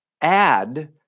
add